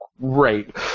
great